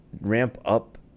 ramp-up